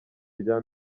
rya